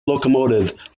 locomotive